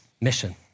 mission